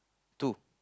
two